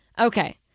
okay